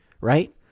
right